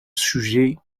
sujet